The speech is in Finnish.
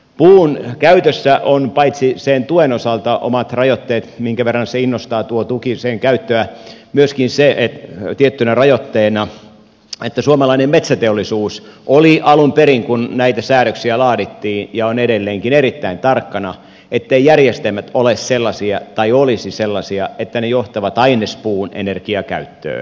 puun käytössä on paitsi sen tuen osalta omat rajoitteet minkä verran tuo tuki innostaa sen käyttöä myöskin tiettynä rajoitteena se että suomalainen metsäteollisuus oli alun perin kun näitä säädöksiä laadittiin ja on edelleenkin erittäin tarkkana etteivät järjestelmät olisi sellaisia että ne johtavat ainespuun energiakäyttöön